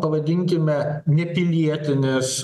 pavadinkime nepilietinės